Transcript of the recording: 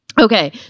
Okay